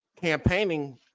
campaigning